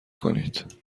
کنید